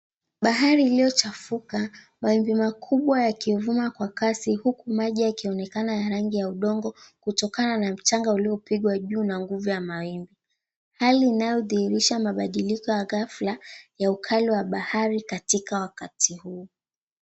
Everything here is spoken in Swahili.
Bahari iliochafuka, mawimbi makubwa yakivuma kwa kasi huku maji yakionekana ya rangi ya udongo kutokana na mchanga uliopigwa juu na nguvu ya mawimbi, hali inayodhihirisha mabadiliko ya ghafla ya ukali wa bahari katika wakati huo.